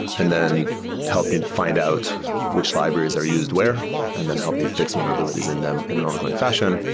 and then helping find out which libraries are used where and then help me fix vulnerabilities in them in an ongoing fashion.